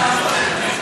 סטודנט.